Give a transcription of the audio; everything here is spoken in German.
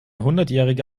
hundertjährige